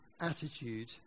attitude